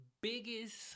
biggest